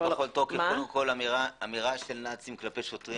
אני מגנה בכל תוקף אמירה של נאצים כלפי שוטרים.